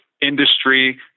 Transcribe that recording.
industry